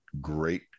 great